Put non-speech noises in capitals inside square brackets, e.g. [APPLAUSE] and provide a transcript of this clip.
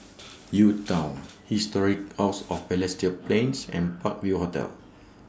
[NOISE] U Town Historic House of Balestier Plains and Park View Hotel